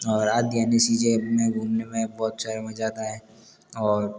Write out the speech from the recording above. और आदि यानि चीज़ें घूमने में बहुत सारे मजा आता है और